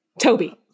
Toby